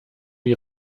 die